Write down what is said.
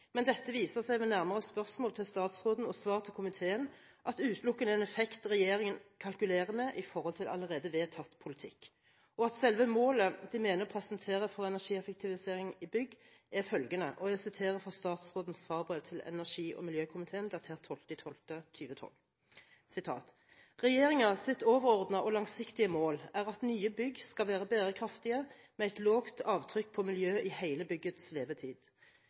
men dette viser seg ved nærmere spørsmål til statsråden og svar til komiteen utelukkende å være en effekt regjeringen kalkulerer med ut fra allerede vedtatt politikk, og at selve målet de mener å presentere for energieffektivisering i bygg, er følgende – jeg siterer fra statsrådens svarbrev til energi- og miljøkomiteen datert 12. desember 2012: «Regjeringa sitt overordna og langsiktige mål er at nye bygg skal vere berekraftige med eit lågt avtrykk på miljø i heile byggets levetid.